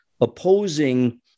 opposing